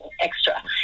extra